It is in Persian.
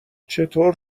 چطور